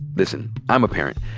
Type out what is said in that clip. listen, i'm a parent.